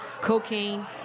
cocaine